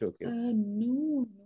No